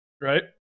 Right